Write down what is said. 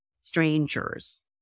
strangers